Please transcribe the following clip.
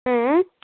اۭں